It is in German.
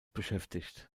beschäftigt